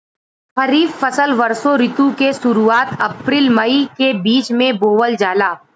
खरीफ फसल वषोॅ ऋतु के शुरुआत, अपृल मई के बीच में बोवल जाला